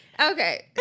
Okay